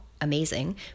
amazing